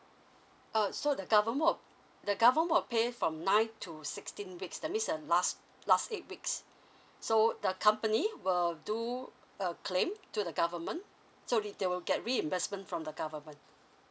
uh so the government will government will pay from nine to sixteen weeks that means uh last last eight weeks so the company will do a claim to the government so re~ they will get reimbursement from the government